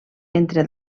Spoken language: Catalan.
entre